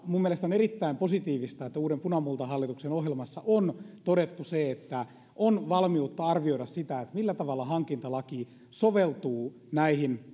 minun mielestäni on erittäin positiivista että uuden punamultahallituksen ohjelmassa on todettu se että on valmiutta arvioida sitä millä tavalla hankintalaki soveltuu näihin